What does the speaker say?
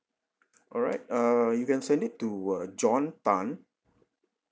alright err you can send it to uh john tan